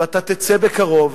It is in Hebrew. ואתה תצא בקרוב.